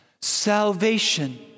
salvation